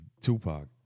Tupac